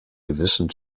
gewissen